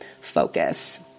focus